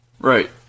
Right